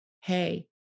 Hey